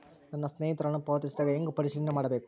ನನ್ನ ಸ್ನೇಹಿತರು ಹಣ ಪಾವತಿಸಿದಾಗ ಹೆಂಗ ಪರಿಶೇಲನೆ ಮಾಡಬೇಕು?